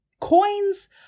Coins